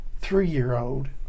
three-year-old